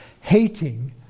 Hating